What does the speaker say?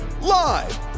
live